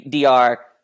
DR